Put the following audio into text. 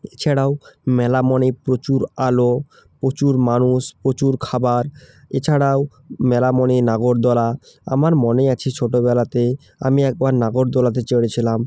এছাড়াও মেলা মনেই প্রচুর আলো প্রচুর মানুষ প্রচুর খাবার এছাড়াও মেলা মনেই নাগরদোলা আমার মনেই আছে ছোটোবেলাতেই আমি একবার নাগরদোলাতে চড়েছিলাম